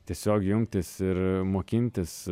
tiesiog jungtis ir mokintis